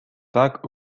tak